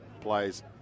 Plays